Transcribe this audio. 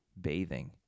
Bathing